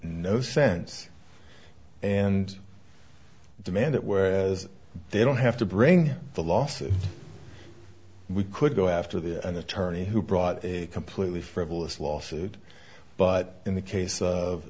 no sense and demand it whereas they don't have to bring the lawsuit we could go after the an attorney who brought a completely frivolous lawsuit but in the case of